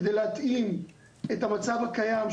כדי להתאים את המצב הקיים,